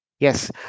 Yes